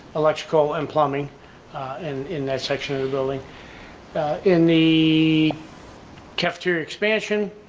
electrical and plumbing and in that section of the building in the cafeteria expansion,